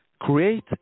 create